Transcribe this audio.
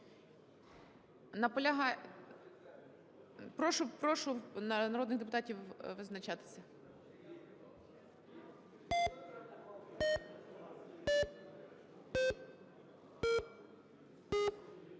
Прошу народних депутатів визначатися.